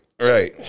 Right